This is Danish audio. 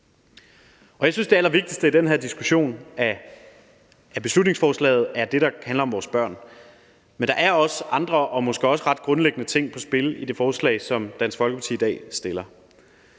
det allervigtigste i den her diskussion af beslutningsforslaget er det, der handler om vores børn. Men der er også andre og måske også ret grundlæggende ting på spil i det forslag, som Dansk